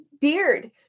beard